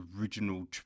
original